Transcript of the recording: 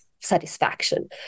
satisfaction